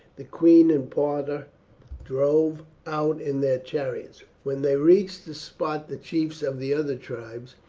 the queen and parta drove out in their chariots. when they reached the spot the chiefs of the other tribes,